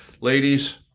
Ladies